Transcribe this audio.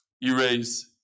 Erase